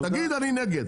תגיד אני נגד.